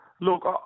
Look